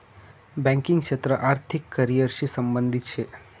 banking क्षेत्र आर्थिक career शी संबंधित शे